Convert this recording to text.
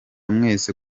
mwese